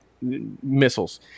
missiles